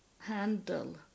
handle